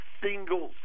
single